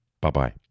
Bye-bye